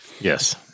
Yes